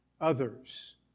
others